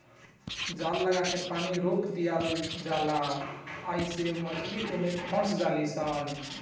जाल लागा के पानी रोक दियाला जाला आइसे मछली ओमे फस जाली सन